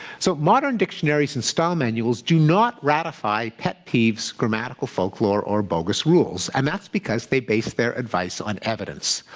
so modern dictionaries and style manuals do not ratify pet peeves, grammatical folklore, or bogus rules. and that's because they base their advice on evidence,